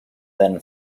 then